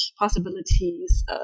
possibilities